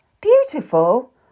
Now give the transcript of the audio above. Beautiful